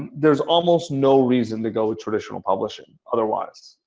there's almost no reason to go with traditional publishing otherwise.